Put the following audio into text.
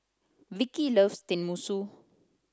Vikki loves Tenmusu